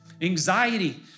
Anxiety